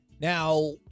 Now